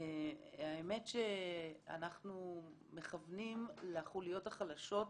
האמת שאנחנו מכוונים לחוליות החלשות,